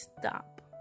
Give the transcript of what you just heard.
stop